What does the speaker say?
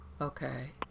Okay